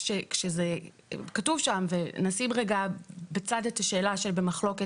כתוב שם ונשים רגע בצד את השאלה במחלוקת